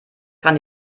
kann